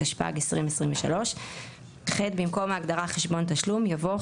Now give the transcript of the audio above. התשפ"ג - 2023;"; במקום ההגדרה "חשבון תשלום" יבוא: